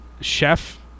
Chef